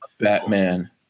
Batman